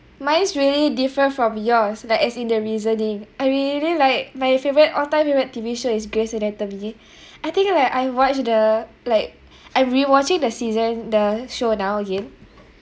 mine is really different from yours like as in the reasoning I really like my favorite all time favourite T_V show is gray's anatomy I think like I watched the like I'm rewatching the season the show now again